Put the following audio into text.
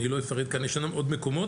אני לא אפרט כאן, ישנם עוד מקומות.